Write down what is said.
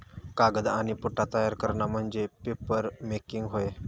कागद आणि पुठ्ठा तयार करणा म्हणजे पेपरमेकिंग होय